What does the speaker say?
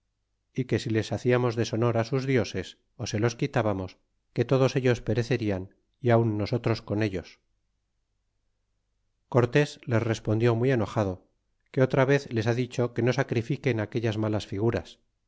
y que si les haciamos deshonor sus dioses ó se los quitábamos que todos ellos perecerían y aun nosotros con ellos y cortés les respondió muy enojado que otra vez les ha dicho que no sacrifiquen aquellas malas figuras